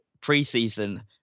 pre-season